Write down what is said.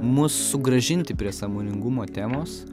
mus sugrąžinti prie sąmoningumo temos